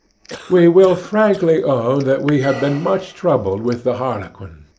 we will frankly own that we have been much troubled with the harlequin.